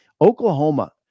Oklahoma